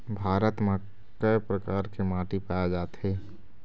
भारत म कय प्रकार के माटी पाए जाथे?